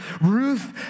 Ruth